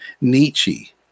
Nietzsche